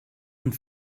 und